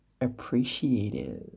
appreciative